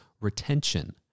retention